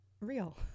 real